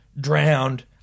drowned